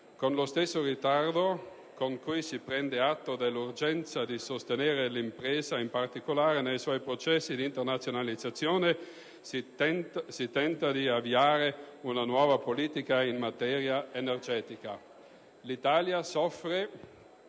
Con lo stesso ritardo con cui si prende atto dell'urgenza di sostenere l'impresa, in particolare nei suoi processi di internazionalizzazione, si tenta di avviare una nuova politica in materia energetica. L'Italia soffre